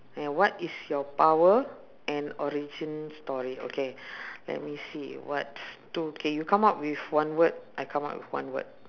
and what is your power and origin story okay let me see what two okay you come up with one word I come up with one word